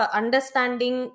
understanding